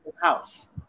house